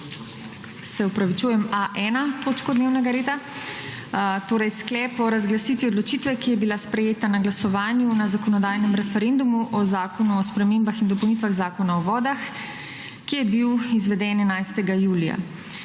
red 81. izredne seje razširi s Sklepom o razglasitvi odločitve, ki je bila sprejeta na glasovanju na zakonodajnem referendumu o Zakonu o spremembah in dopolnitvah Zakona o vodah, ki je bil izveden 11. julija